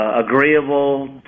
agreeable